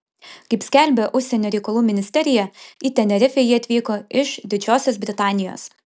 kaip skelbia užsienio reikalų ministerija į tenerifę jie atvyko iš didžiosios britanijos